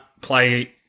play